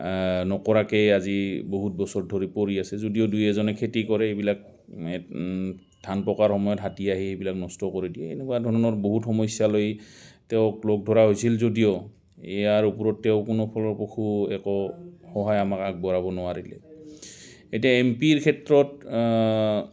নকৰাকেই আজি বহুত বছৰ ধৰি পৰি আছে যদিও দুই এজনে খেতি কৰে এইবিলাক ধান পকাৰ সময়ত হাতী আহি এইবিলাক নষ্ট কৰি দিয়ে এনেকুৱা ধৰণৰ বহুত সমস্যালৈ তেওঁক লগ ধৰা হৈছিল যদিও ইয়াৰ ওপৰত তেওঁ কোনো ফলপ্ৰসু একো সহায় আমাক আগবঢ়াব নোৱাৰিলে এতিয়া এম পি ৰ ক্ষেত্ৰত